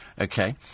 Okay